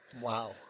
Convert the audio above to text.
Wow